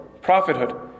prophethood